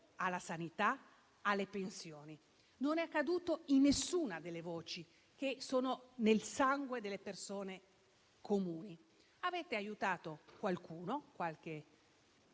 alla sanità, alle pensioni; non è accaduto in nessuna delle voci che sono nel sangue delle persone comuni. Avete aiutato qualcuno, qualche